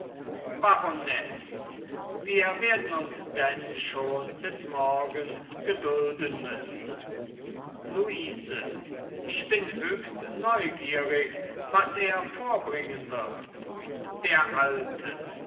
baronesse wir werden uns denn schon bis morgen gedulden müssen luise ich bin höchst neugierig was er vorbringen wird der alte